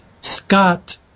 Scott